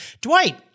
Dwight